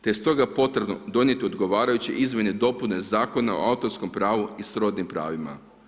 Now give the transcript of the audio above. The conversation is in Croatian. Te je stoga potrebno donijeti odgovarajuće izmjene i dopune zakona o autorskom pravu i srodnim pravima.